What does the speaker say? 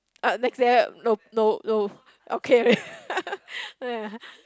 uh next nope no no no okay